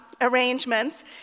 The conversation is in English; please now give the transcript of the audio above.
arrangements